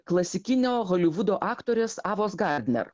klasikinio holivudo aktorės avos gardner